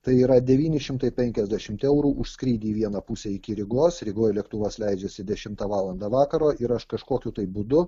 tai yra devyni šimtai penkiasdešimt eurų už skrydį į vieną pusę iki rygos rygoj lėktuvas leidžiasi dešimtą valandą vakaro ir aš kažkokiu tai būdu